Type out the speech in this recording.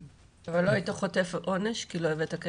אבל לא היית חוטף עונש, כי לא הבאת כסף?